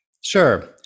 Sure